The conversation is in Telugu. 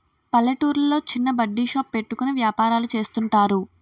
పల్లెటూర్లో చిన్న బడ్డీ షాప్ పెట్టుకుని వ్యాపారాలు చేస్తుంటారు